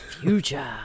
future